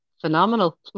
phenomenal